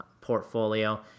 portfolio